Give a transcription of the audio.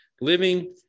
living